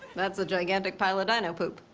that's a gigantic pile o' dino poop.